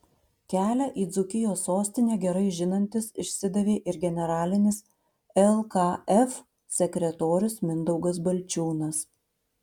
kelią į dzūkijos sostinę gerai žinantis išsidavė ir generalinis lkf sekretorius mindaugas balčiūnas